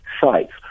sites